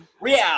Real